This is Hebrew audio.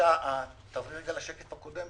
--- אבל